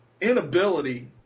inability